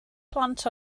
plant